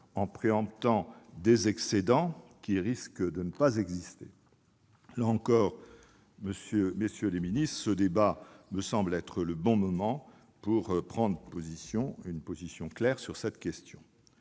en préemptant des excédents qui risquent de ne pas exister ? Là encore, ce débat me semble être le bon moment pour prendre une position claire sur cette question.